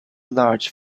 large